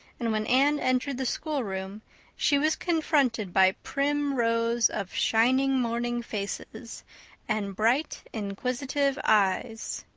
and when anne entered the schoolroom she was confronted by prim rows of shining morning faces and bright, inquisitive eyes.